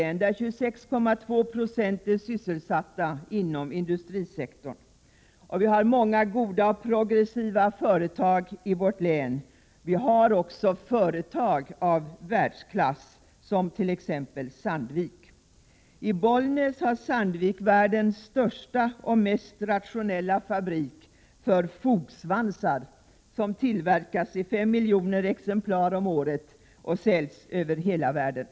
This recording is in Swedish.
26,2 26 av människorna där är sysselsatta inom industrisektorn. Dessutom finns det många bra och progressiva företag i vårt län. Vi har också företag av världsklass, t.ex. Sandvik. I Bollnäs har Sandvik nämligen världens största och mest rationella fabrik för tillverkning av fogsvansar. Dessa tillverkas i 5 milj. exemplar om året och säljs över hela världen.